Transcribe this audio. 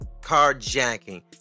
carjacking